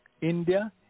India